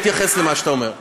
זה לא תואם איתנו.